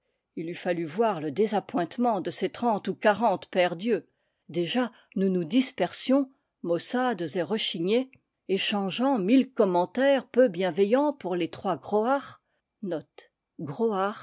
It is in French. il eut fallu voir le désappointement de ces trente ou quarante paire d'yeux dojà nous nous dispersions maussades et rechignés échangeant mille commentaires peu bienveillants pour les trois